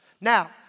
Now